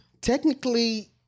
Technically